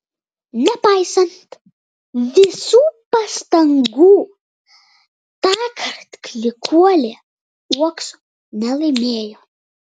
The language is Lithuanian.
nepaisant visų pastangų tąkart klykuolė uokso nelaimėjo